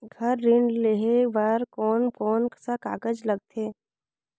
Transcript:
घर ऋण लेहे बार कोन कोन सा कागज लगथे?